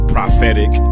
Prophetic